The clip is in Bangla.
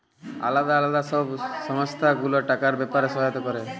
আলদা আলদা সব সংস্থা গুলা টাকার ব্যাপারে সহায়তা ক্যরে